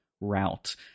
route